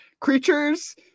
Creatures